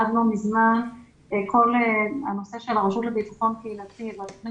עד לא מזמן כל הנושא של הרשות לביטחון קהילתי והתוכנית